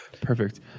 perfect